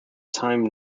time